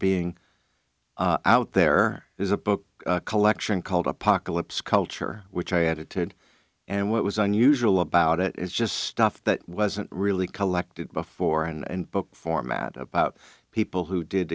being out there is a book collection called apocalypse culture which i edited and what was unusual about it is just stuff that wasn't really collected before and book format about people who did